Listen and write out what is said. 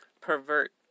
pervert